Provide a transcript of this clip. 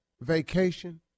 vacation